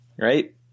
right